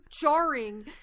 jarring